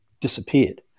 disappeared